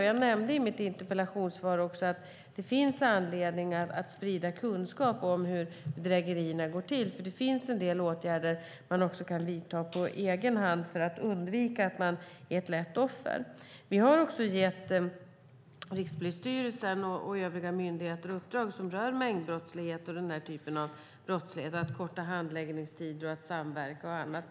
Jag nämnde i mitt interpellationssvar att det finns anledning att sprida kunskap om hur bedrägerierna går till. Det finns en del åtgärder man kan vidta på egen hand för att undvika att man är ett lätt offer. Vi har gett Rikspolisstyrelsen och övriga myndigheter uppdrag som rör mängdbrottslighet, att korta handläggningstider, att samverka och annat.